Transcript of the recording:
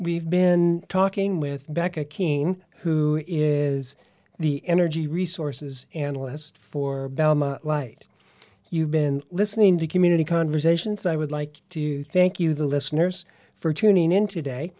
we've been talking with back a king who is the energy resources analyst for light you've been listening to community conversations i would like to thank you the listeners for tuning in today